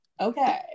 Okay